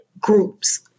groups